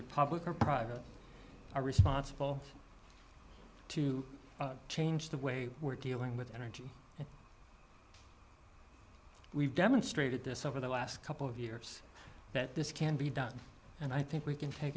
have public or private are responsible to change the way we're dealing with energy we've demonstrated this over the last couple of years that this can be done and i think we can take